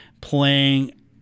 playing